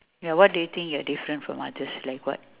ya what do you think you're different from others like what